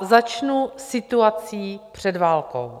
Začnu situací před válkou.